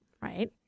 right